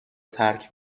ترک